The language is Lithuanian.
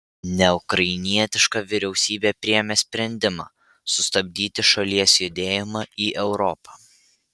neukrainietiška vyriausybė priėmė sprendimą sustabdyti šalies judėjimą į europą